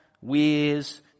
weirs